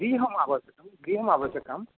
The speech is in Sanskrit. गृहम् आवश्यकम् गृहम् आवश्यकम्